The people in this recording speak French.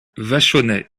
vachonnet